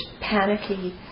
panicky